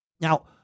Now